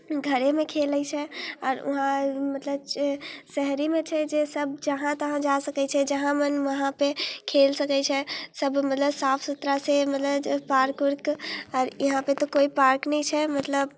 घरेमे खेलै छै आओर वहाँ मतलब शहरीमे छै जे सब जहाँ तहाँ जा सकै छै जहाँ मोन वहाँपर खेल सकै छै सब मतलब साफ सुथरा छै मतलब पार्क उर्क इहाँपर तऽ कोइ पार्क नहि छै मतलब